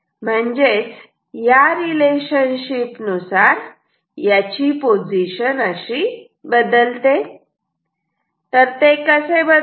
म्हणजेच या रिलेशनशिप नुसार याची पोझिशन बदलते ते कसे बदलते